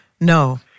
No